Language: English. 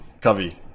Covey